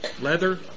leather